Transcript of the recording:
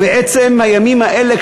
ובעצם הימים האלה,